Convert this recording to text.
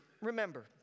Remember